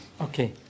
Okay